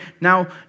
Now